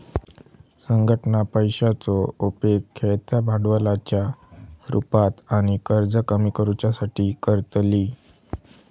संघटना पैशाचो उपेग खेळत्या भांडवलाच्या रुपात आणि कर्ज कमी करुच्यासाठी करतली